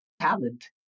talent